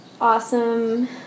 awesome